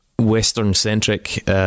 Western-centric